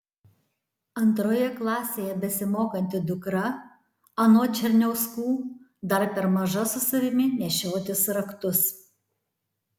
antroje klasėje besimokanti dukra anot černiauskų dar per maža su savimi nešiotis raktus